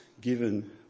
given